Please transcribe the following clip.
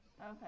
Okay